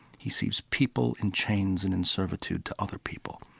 he sees people in chains and in servitude to other people.